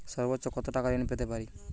সর্বোচ্চ কত টাকা ঋণ পেতে পারি?